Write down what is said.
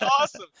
awesome